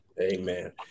Amen